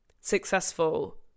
successful